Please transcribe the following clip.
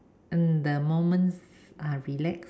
and the moments are relax